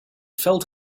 felt